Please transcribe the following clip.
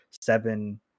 seven